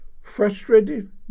frustrated